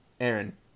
Aaron